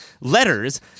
letters